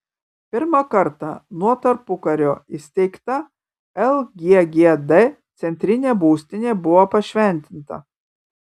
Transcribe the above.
pirmą kartą nuo tarpukario įsteigta lggd centrinė būstinė buvo pašventinta